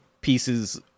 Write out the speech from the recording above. pieces